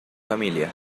familia